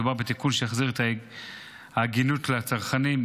מדובר בתיקון שיחזיר את ההגינות לצרכנים,